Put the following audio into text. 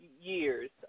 years